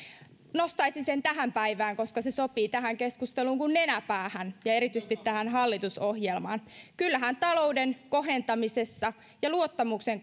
nostaisin sen tähän päivään koska se sopii tähän keskusteluun kuin nenä päähän ja erityisesti tähän hallitusohjelmaan kyllähän talouden kohentamisessa ja luottamuksen